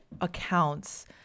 accounts